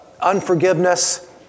unforgiveness